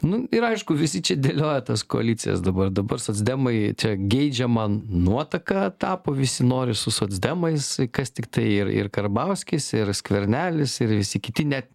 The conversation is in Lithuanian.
nu ir aišku visi čia dėlioja tas koalicijas dabar dabar socdemai čia geidžiama nuotaka tapo visi nori su socdemais kas tiktai ir ir karbauskis ir skvernelis ir visi kiti net